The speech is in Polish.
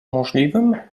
możliwym